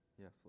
Yes